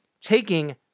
taking